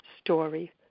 story